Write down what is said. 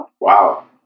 wow